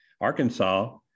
Arkansas